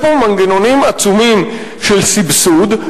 יש פה מנגנונים עצומים של סבסוד,